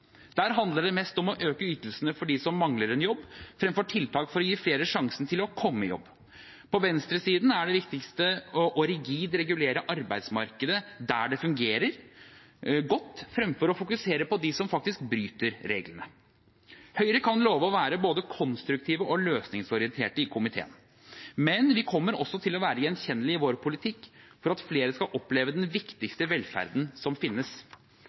Der handler det mest om å øke ytelsene for dem som mangler en jobb, fremfor tiltak for å gi flere sjansen til å komme i jobb. På venstresiden er det viktigste å regulere arbeidsmarkedet rigid der det fungerer godt, fremfor å fokusere på dem som faktisk bryter reglene. Høyre kan love å være både konstruktive og løsningsorienterte i komiteen, men vi kommer også til å være gjenkjennelige i vår politikk for at flere skal oppleve den viktigste velferden som finnes: